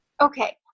okay